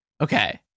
okay